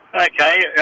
Okay